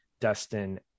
Dustin